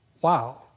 Wow